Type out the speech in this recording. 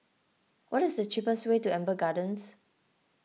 what is the cheapest way to Amber Gardens